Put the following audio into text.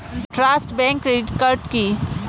Trust bank credit card কি?